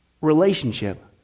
relationship